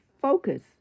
focus